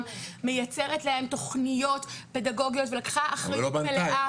מייצרת להם תכניות פדגוגיות ולקחה אחריות מלאה.